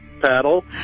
Paddle